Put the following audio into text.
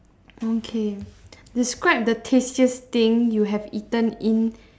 okay describe the tastiest thing you have eaten in